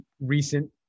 recent